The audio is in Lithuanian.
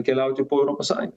keliauti po europos sąjungą